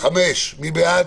מי בעד